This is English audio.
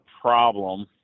problem